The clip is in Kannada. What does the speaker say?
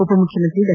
ಉಪಮುಖ್ಯಮಂತ್ರಿ ಡಾ